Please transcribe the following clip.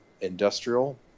industrial